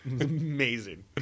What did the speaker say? Amazing